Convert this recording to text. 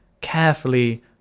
carefully